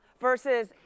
versus